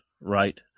right